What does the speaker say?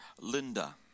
Linda